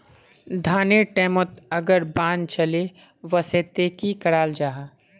धानेर टैमोत अगर बान चले वसे ते की कराल जहा?